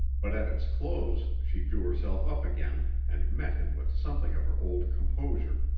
but at its close she drew herself up again and met him with something of her old composure.